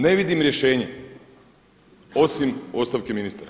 Ne vidim rješenje osim ostavke ministara.